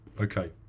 Okay